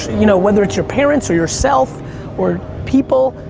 you know whether it's your parents or yourself or people,